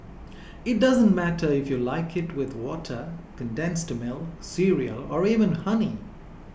it doesn't matter if you like it with water condensed milk cereal or even honey